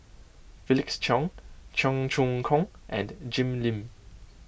Felix Cheong Cheong Choong Kong and Jim Lim